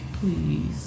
please